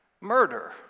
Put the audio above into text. murder